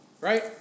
Right